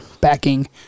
backing